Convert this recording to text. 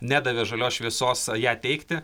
nedavė žalios šviesos ją teikti